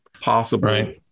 possible